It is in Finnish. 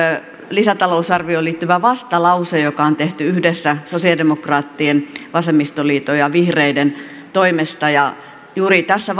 lisätalousarvioon liittyvä vastalause joka on tehty yhdessä sosialidemokraattien vasemmistoliiton ja vihreiden toimesta juuri tässä